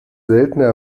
seltene